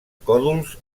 còdols